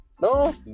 no